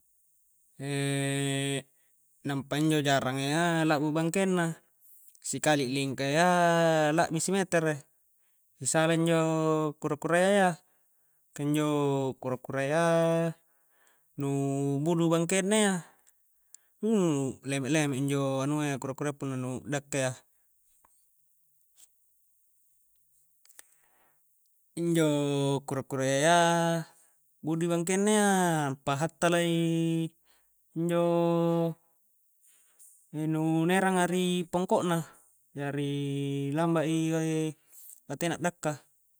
nampa injo jarangnga iya lakbu bangkeng na sikali lingka iyya lakbi simetere, sisala injo kura-kura iyaya ka injo kura-kurayya nu budu bangkengna iyaaa, leme-leme injo anua iyya kura-kurayya punna nu dakkayya injo kura-kurayya iya budui bangkengna iyya pahattalai injooo nu na erangnga ripongko'na jariii lamba'i batena dakka.